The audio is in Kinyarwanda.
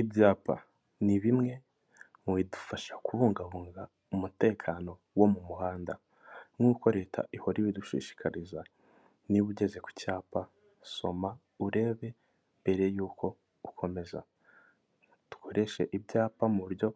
Ibyapa ni bimwe mu bidufasha kubungabunga umutekano wo mu muhanda nk'uko leta ihora ibidushishikariza, niba ugeze ku cyapa soma urebe mbere y'uko ukomeza, dukoreshe ibyapa mu buryo